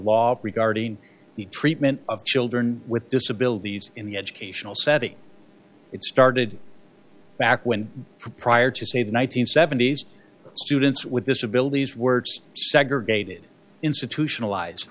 law regarding the treatment of children with disabilities in the educational setting it started back when prior to say the one nine hundred seventy s students with disabilities words segregated institutionalized